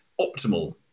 optimal